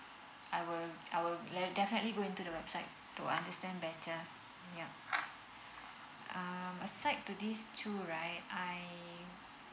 I will I will definitely going to the website to understand better yeah uh aside to these two right I